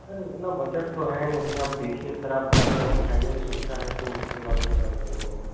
sir उतना budget तो है नहीं अब देखिये सर आप के यहाँ अगर फाइनेंस सुविधा है तो उसके बारे में थोड़ा बताइए हमें